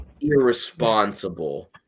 irresponsible